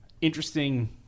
interesting